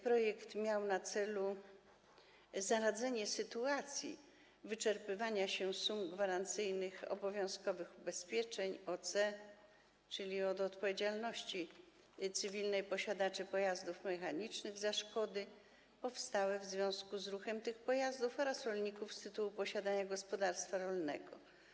Projekt miał na celu zaradzenie sytuacji wyczerpywania się sum gwarancyjnych obowiązkowych ubezpieczeń OC, czyli od odpowiedzialności cywilnej, posiadaczy pojazdów mechanicznych za szkody powstałe w związku z ruchem tych pojazdów oraz rolników z tytułu posiadania gospodarstwa rolnego.